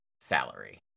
salary